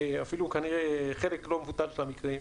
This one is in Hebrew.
אפילו כנראה חלק לא מבוטל של המקרים,